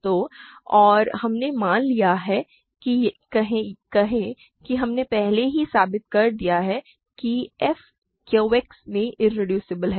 तो और हमने मान लिया या यों कहें कि हमने पहले ही साबित कर दिया है कि f Q X में इरेड्यूसिबल है